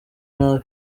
nabi